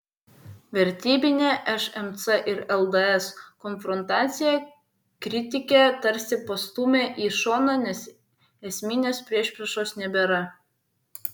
vertybinę šmc ir lds konfrontaciją kritikė tarsi pastūmė į šoną nes esminės priešpriešos nebėra